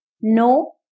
No